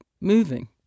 moving